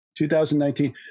2019